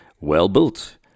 well-built